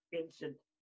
instant